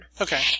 Okay